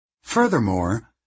Furthermore